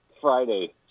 friday